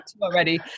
already